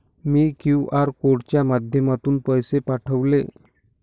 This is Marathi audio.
मी क्यू.आर कोडच्या माध्यमातून पैसे पाठवले